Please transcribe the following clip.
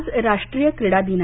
आज राष्ट्रीय क्रीडा दिन